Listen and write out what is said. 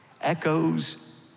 echoes